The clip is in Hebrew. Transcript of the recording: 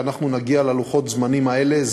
שאנחנו נגיע ללוחות הזמנים האלה.